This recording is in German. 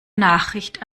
nachricht